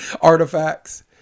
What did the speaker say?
artifacts